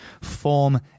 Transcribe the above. form